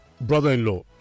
brother-in-law